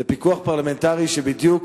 זה פיקוח פרלמנטרי, שבדיוק